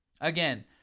Again